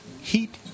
Heat